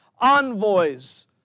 Envoys